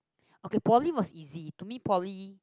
okay Poly was easy to me Poly